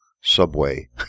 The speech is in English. Subway